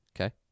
Okay